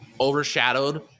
overshadowed